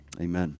Amen